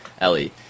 Ellie